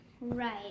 right